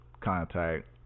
contact